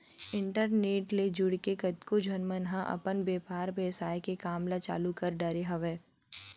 internet ले जुड़के कतको झन मन ह अपन बेपार बेवसाय के काम ल चालु कर डरे हवय